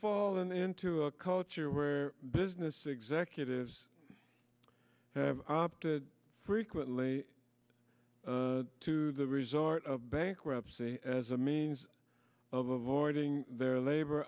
and into a culture where business executives have opted frequently to the resort of bankruptcy as a means of avoiding their labor